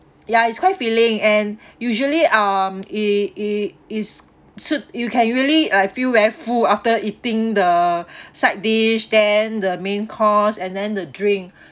ya it's quite filling and usually um it it it's suit you can really uh feel very full after eating the side dish then the main course and then the drink